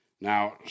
Now